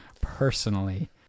personally